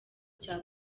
cya